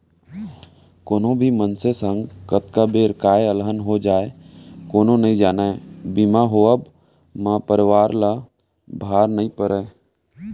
कोनो भी मनसे संग कतका बेर काय अलहन हो जाय कोनो नइ जानय बीमा होवब म परवार ल भार नइ पड़य